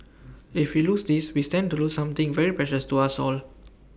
if we lose this we stand to lose something very precious to us all